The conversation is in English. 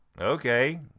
Okay